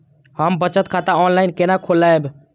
हम बचत खाता ऑनलाइन केना खोलैब?